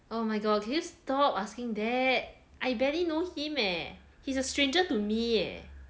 oh my god can you stop asking that I barely know him eh he's a stranger to me eh